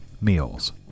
meals